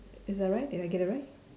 is that right did I get it right